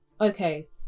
Okay